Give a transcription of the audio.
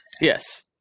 Yes